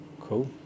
cool